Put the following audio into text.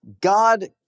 God